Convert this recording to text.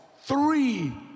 three